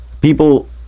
people